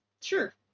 Sure